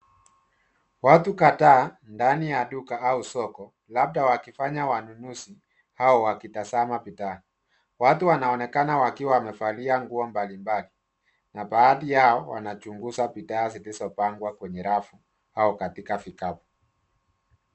Watu kadhaa ndani ya duka au soko, labda wakifanya manunuzi au wakitazama vikapu. Watu wanaonekana wakiwa wamevalia nguo mbalimbali na baadhi yao wanachunguza bidhaa zilizopangwa kwenye rafu au katika vikapu.